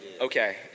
Okay